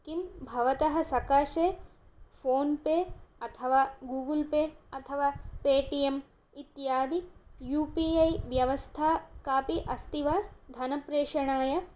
किं भवतः सकाशे फोन्पे अथवा गूगुल्पे अथवा पे टी एम् इत्यादि यू पी आई व्यवस्था कापि अस्ति वा धनप्रेषणाय